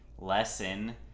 lesson